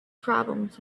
problems